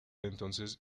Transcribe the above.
entonces